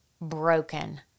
broken